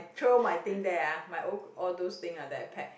throw my thing there my old all those thing ah that I pack